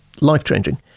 life-changing